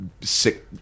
sick